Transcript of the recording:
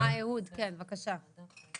אהוד, כן בבקשה.